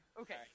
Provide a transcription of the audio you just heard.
Okay